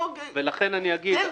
ולכן אני אגיד --- לא,